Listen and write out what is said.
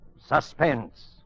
Suspense